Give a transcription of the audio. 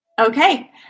Okay